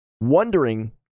Wondering